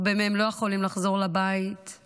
הרבה מהם לא יכולים לחזור לבית,